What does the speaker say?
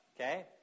Okay